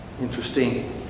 Interesting